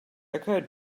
occurred